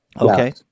Okay